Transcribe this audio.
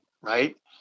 right